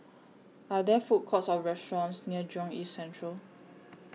Are There Food Courts Or restaurants near Jurong East Central